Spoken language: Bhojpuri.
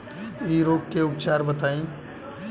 इ रोग के उपचार बताई?